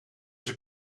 zijn